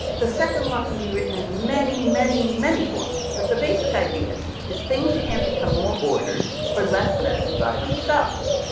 the second law can be written in many, many, many forms, but the basic idea is things can't become more ordered or less messy by themselves.